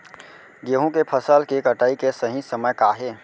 गेहूँ के फसल के कटाई के सही समय का हे?